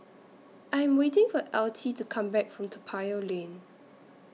I Am waiting For Altie to Come Back from Toa Payoh Lane